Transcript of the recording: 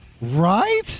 Right